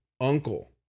uncle